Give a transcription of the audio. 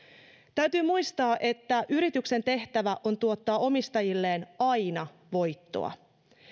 täytyy muistaa että yrityksen tehtävä on tuottaa omistajilleen aina voittoa